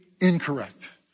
incorrect